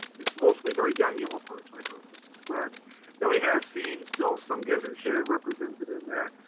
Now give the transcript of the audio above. it's mostly very young yellow perch. like i was just describing. now we have seen still some gizzard shad represented in there,